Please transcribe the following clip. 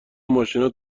ماشینا